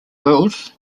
wills